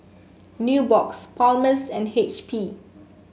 Nubox Palmer's and H P